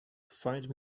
find